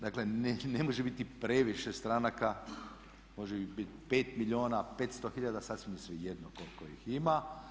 Dakle ne može biti previše stranka, može ih biti 5 milijuna, 500 hiljada, sasvim je svejedno koliko ih ima.